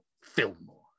Fillmore